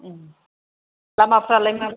उम लामाफ्रालाय मारै